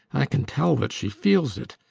i can tell that she feels it.